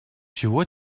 чего